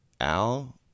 Al